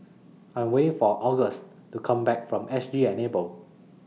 I Am waiting For Auguste to Come Back from S G Enable